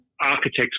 Architects